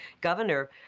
governor